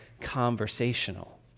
conversational